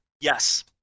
Yes